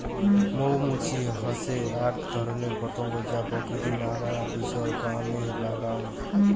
মৌ মুচি হসে আক ধরণের পতঙ্গ যা প্রকৃতির নানা বিষয় কামে লাগাঙ